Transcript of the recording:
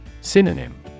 Synonym